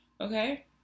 okay